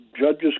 judges